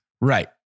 Right